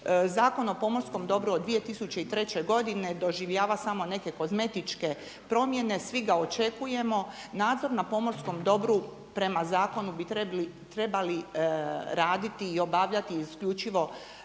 Zakon o pomorskom dobru od 2003. godine doživljava samo neke kozmetičke promjene, svi ga očekujemo. Nadzor na pomorskom dobru prema zakonu bi trebali raditi i obavljati isključivo